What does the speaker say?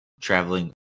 traveling